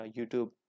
YouTube